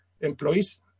employees